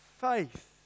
faith